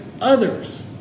Others